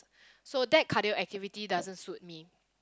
so that cardio activity doesn't suit me